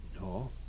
No